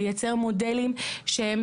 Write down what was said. לייצר מודלים שהם